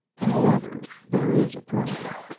however, there is a problem.